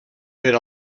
per